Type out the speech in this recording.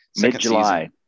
Mid-July